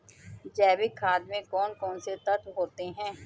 जैविक खाद में कौन कौन से तत्व होते हैं?